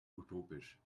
utopisch